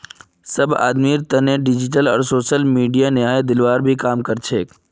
सब आदमीर तने डिजिटल आर सोसल मीडिया न्याय दिलवार भी काम कर छे